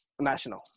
National